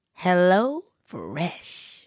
HelloFresh